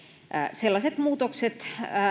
sellaiset muutokset